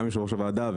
גם יושב-ראש הוועדה,